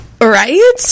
right